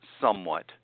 somewhat